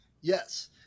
yes